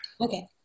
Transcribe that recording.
Okay